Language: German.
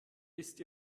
ist